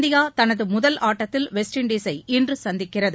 India தனது முதல் ஆட்டத்தில் வெஸ்ட் இண்டிசை இன்று சந்திக்கிறது